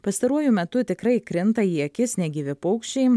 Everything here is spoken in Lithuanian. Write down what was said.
pastaruoju metu tikrai krinta į akis negyvi paukščiai